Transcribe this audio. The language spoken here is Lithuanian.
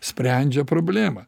sprendžia problemą